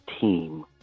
team